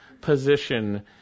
position